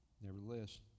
nevertheless